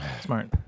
Smart